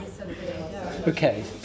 Okay